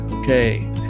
Okay